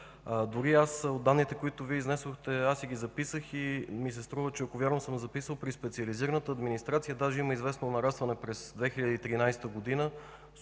Дори от данните, които Вие изнесохте, аз си ги записах и ми се струва, че ако вярно съм записал, при специализираната администрация даже има известно нарастване през 2013 г.